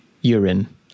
urine